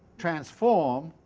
transform